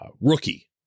rookie